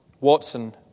Watson